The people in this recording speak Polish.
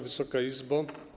Wysoka Izbo!